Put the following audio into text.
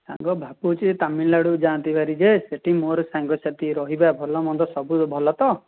ସାଙ୍ଗ ଭାବୁଛି ତାମିଲନାଡ଼ୁ ଯାଆନ୍ତି ଭାରି ଯେ ସେଇଠି ମୋର ସାଙ୍ଗ ସାଥି ରହିବା ଭଲ ମନ୍ଦ ସବୁ ଭଲ ତ